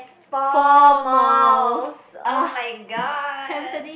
four malls oh-my-god